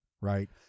Right